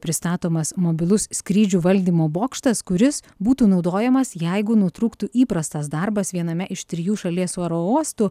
pristatomas mobilus skrydžių valdymo bokštas kuris būtų naudojamas jeigu nutrūktų įprastas darbas viename iš trijų šalies oro uostų